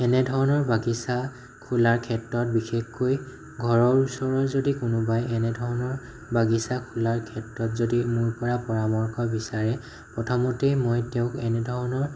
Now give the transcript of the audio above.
এনেধৰণৰ বাগিছা খুলাৰ ক্ষেত্ৰত বিশেষকৈ ঘৰৰ ওচৰৰ যদি কোনোবাই এনেধৰণৰ বাগিছা খোলাৰ ক্ষেত্ৰত যদি মোৰ পৰা পৰামৰ্শ বিচাৰে প্ৰথমতেই মই তেওঁক এনেধৰণৰ